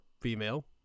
female